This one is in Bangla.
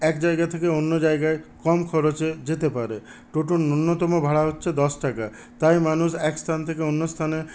এক জায়গা থেকে অন্য জায়গায় কম খরচে যেতে পারে টোটোর নুন্যতম ভাড়া হচ্ছে দশ টাকা তাই মানুষ এক স্থান থেকে অন্য স্থানে